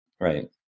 Right